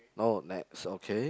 oh Nex okay